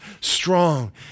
strong